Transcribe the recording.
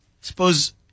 Suppose